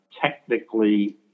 technically